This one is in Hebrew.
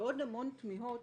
ועוד המון תמיהות